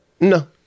No